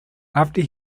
after